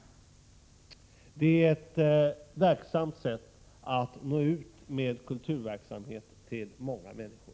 1987/88:110 verksamt sätt att nå ut med kulturverksamhet till många människor.